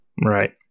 Right